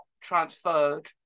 transferred